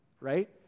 right